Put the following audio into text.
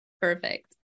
Perfect